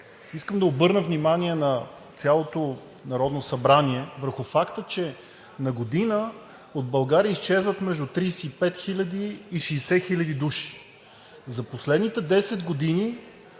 искам да обърна внимание на цялото Народно събрание върху факта, че на година от България изчезват между 35 хиляди и 60 хиляди души. За последните 10 години